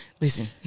listen